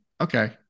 okay